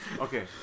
Okay